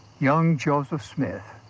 young joseph smith,